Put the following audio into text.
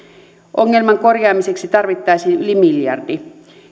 ongelman korjaamiseksi tarvittaisiin yli miljardi